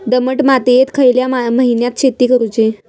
दमट मातयेत खयल्या महिन्यात शेती करुची?